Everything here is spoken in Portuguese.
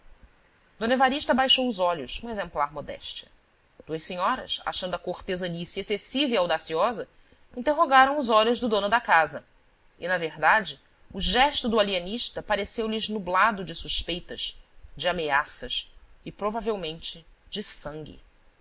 d evarista baixou os olhos com exemplar modéstia duas senhoras achando a cortesanice excessiva e audaciosa interrogaram os olhos do dono da casa e na verdade o gesto do alienista pareceu lhes nublado de suspeitas de ameaças e provavelmente de sangue